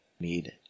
need